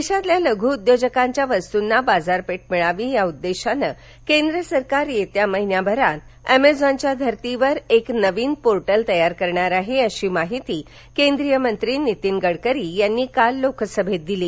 देशातील लघु उद्योजकांच्या वस्तूंना बाजारपेठ मिळावी या उद्देशान केंद्र सरकार येत्या महिनाभरात अमेझॉनच्या धर्तीवर एक नवीन पोर्टल तयार करणार आहे अशी माहिती केंद्रीय मंत्री नितीन गडकरी यांनी काल लोकसभेत दिली